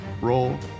Roll